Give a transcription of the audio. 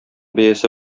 бәясе